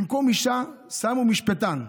במקום אישה שמו משפטן.